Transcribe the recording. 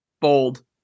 bold